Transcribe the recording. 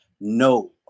no